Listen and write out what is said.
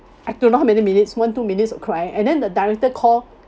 I don't know how many minutes one two minutes of crying and then the director call